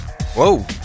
Whoa